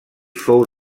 fou